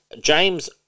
James